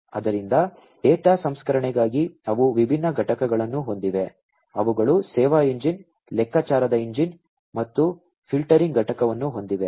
ಆದ್ದರಿಂದ ಡೇಟಾ ಸಂಸ್ಕರಣೆಗಾಗಿ ಅವು ವಿಭಿನ್ನ ಘಟಕಗಳನ್ನು ಹೊಂದಿವೆ ಅವುಗಳು ಸೇವಾ ಎಂಜಿನ್ ಲೆಕ್ಕಾಚಾರದ ಎಂಜಿನ್ ಮತ್ತು ಫಿಲ್ಟರಿಂಗ್ ಘಟಕವನ್ನು ಹೊಂದಿವೆ